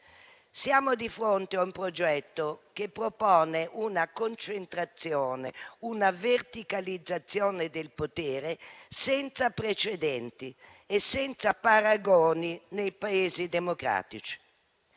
Siamo di fronte a un progetto che propone una concentrazione e una verticalizzazione del potere senza precedenti e senza paragoni nei Paesi democratici.